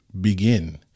begin